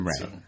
Right